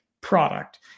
product